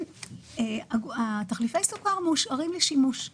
תחליפי הסוכר מאושרים לשימוש,